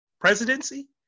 presidency